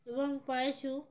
এবং পায়ে শু